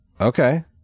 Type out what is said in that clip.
Okay